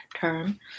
term